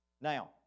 Now